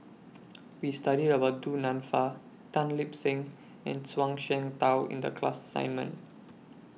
We studied about Du Nanfa Tan Lip Seng and Zhuang Shengtao in The class assignment